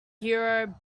hero